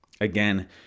Again